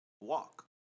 walk